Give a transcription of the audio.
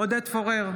עודד פורר,